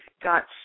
got